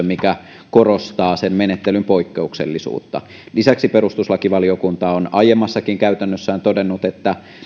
mikä korostaa sen menettelyn poikkeuksellisuutta lisäksi perustuslakivaliokunta on aiemmassakin käytännössään todennut että